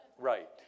right